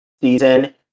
season